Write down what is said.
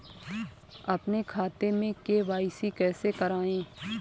अपने खाते में के.वाई.सी कैसे कराएँ?